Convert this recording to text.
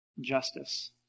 justice